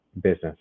business